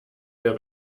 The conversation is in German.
wir